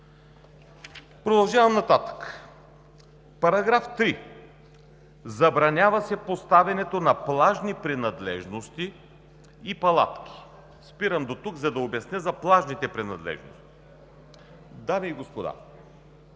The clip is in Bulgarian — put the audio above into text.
Продължавам нататък: „§ 3. Забранява се поставянето на плажни принадлежности и палатки“. Спирам дотук, за да обясня за плажните принадлежности. Дами и господа,